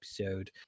episode